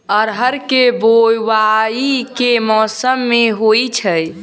अरहर केँ बोवायी केँ मौसम मे होइ छैय?